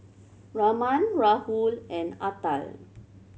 Raman Rahul and Atal